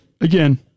again